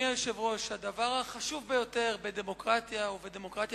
הדבר החשוב ביותר בדמוקרטיה ובדמוקרטיה